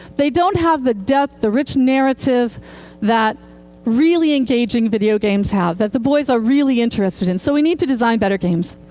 they don't have the depth, the rich narrative that really engaging video games have, that the boys are really interested in. so we need to design better games.